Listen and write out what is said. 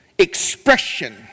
expression